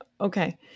Okay